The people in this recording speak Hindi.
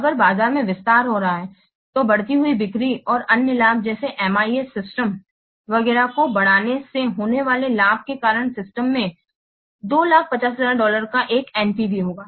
अगर बाजार में विस्तार हो रहा है तो बढ़ी हुई बिक्री और अन्य लाभ जैसे कि MIS सिस्टम वगैरह को बढ़ाने से होने वाले लाभ के कारण सिस्टम में 250000 डॉलर का एक NPV होगा